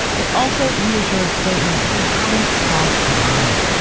it also reassured straight men they hadn't crossed the line.